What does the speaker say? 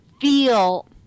feel